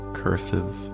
cursive